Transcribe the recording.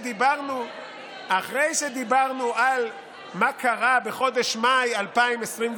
זה לא, אחרי שדיברנו על מה שקרה בחודש מאי 2021,